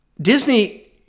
Disney